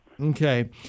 Okay